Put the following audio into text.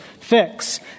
fix